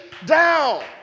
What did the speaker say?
down